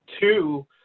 two